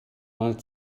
mal